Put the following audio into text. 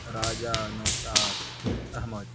Raja Naushad Ahmad